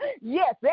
yes